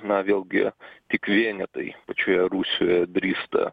na vėlgi tik vienetai pačioje rusijoje drįsta